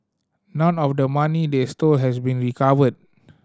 none of the money they stole has been recovered